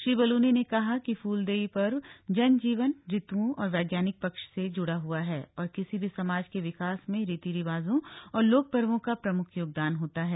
श्री बलूनी ने कहा कि फूलदेई पर्व जन जीवन ऋतुओं और वैज्ञानिक पक्ष से जुड़ा हुआ है और किसी भी समाज के विकास में रीति रिवाजों और लोकपवों का प्रमुख योगदान होता है